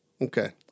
Okay